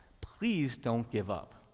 please don't give up.